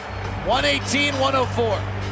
118-104